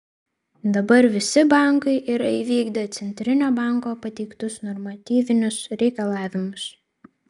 dabar visi bankai yra įvykdę centrinio banko pateiktus normatyvinius reikalavimus